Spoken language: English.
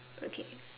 okay